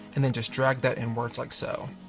and then just drag that inwards, like so.